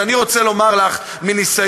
אז אני רוצה לומר לך מניסיון,